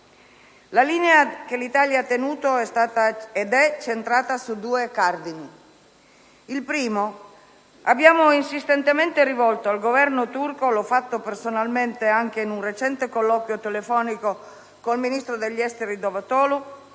La linea che l'Italia ha tenuto è stata ed è centrata su due cardini. Il primo: abbiamo insistentemente rivolto al Governo turco - l'ho fatto personalmente anche in un recente colloquio telefonico con il ministro degli esteri Davutoglu